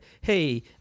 hey